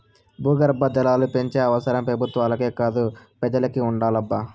భూగర్భ జలాలు పెంచే అవసరం పెబుత్వాలకే కాదు పెజలకి ఉండాలబ్బా